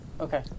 Okay